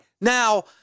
now